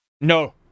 No